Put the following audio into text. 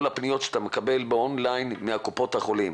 הפניות שמתקבלות באון ליין מקופות החולים,